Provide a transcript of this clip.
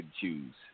choose